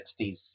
1960s